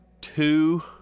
two